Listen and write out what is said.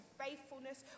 faithfulness